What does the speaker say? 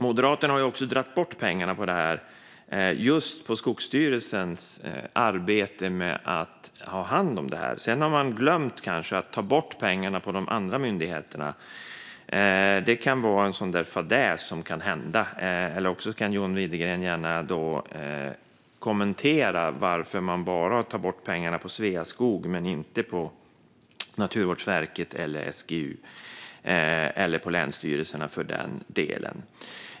Moderaterna har också dragit bort pengarna från Skogsstyrelsens arbete med det här. Sedan har man kanske glömt att ta bort pengarna från de andra myndigheterna. Det kan vara en sådan där fadäs som kan hända. Annars får John Widegren gärna kommentera varför man tar bort pengarna från Sveaskog men inte från Naturvårdsverket eller SGU eller för den delen från länsstyrelserna.